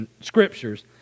scriptures